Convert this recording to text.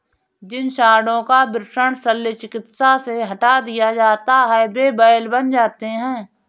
जिन साँडों का वृषण शल्य चिकित्सा से हटा दिया जाता है वे बैल बन जाते हैं